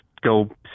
go